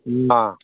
ꯑꯥ